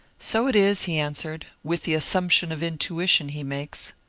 so it is, he answered, with the assumption of intuition he makes.